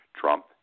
Trump